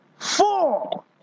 Four